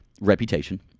reputation